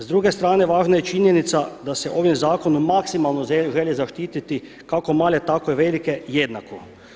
S druge strane važna je činjenica da se ovim zakonom maksimalno žele zaštiti kako male, tako i velike jednako.